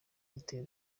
biteye